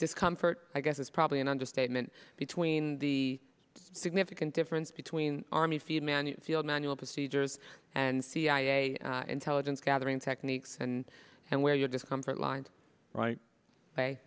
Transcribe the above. discomfort i guess is probably an understatement between the significant difference between army field manual field manual procedures and cia intelligence gathering techniques and and where your discomfort lines right